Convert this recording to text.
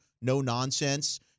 no-nonsense